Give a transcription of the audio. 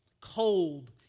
cold